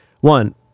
one